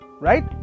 right